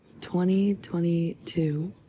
2022